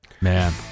man